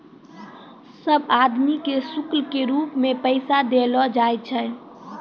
सब आदमी के शुल्क के रूप मे पैसा देलो जाय छै